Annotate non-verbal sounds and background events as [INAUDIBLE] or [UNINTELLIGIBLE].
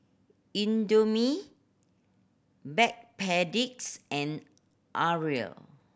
Indomie Backpedic [UNINTELLIGIBLE] and Arai